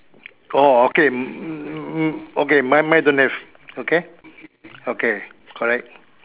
oh okay m~ okay mine mine don't have this okay okay correct